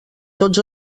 tots